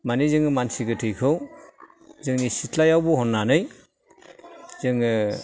माने जोङो मानसि गोथैखौ जोंनि सिथ्लायाव बहन्नानै जोङो